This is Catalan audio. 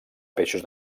peixos